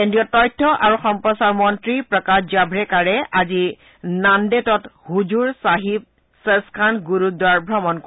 কেন্দ্ৰীয় তথ্য আৰু সম্প্ৰচাৰ মন্ত্ৰী প্ৰকাশ জাভড়েকাৰে আজি নান্দেতত হুজুৰ চাহিব চচ্খান্দ গুৰুদ্বাৰ ভ্ৰমণ কৰিব